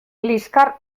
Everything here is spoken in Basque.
liskar